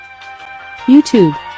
YouTube